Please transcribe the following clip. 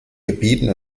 gebieten